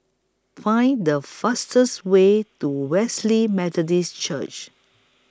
Find The fastest Way to Wesley Methodist Church